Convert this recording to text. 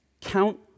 count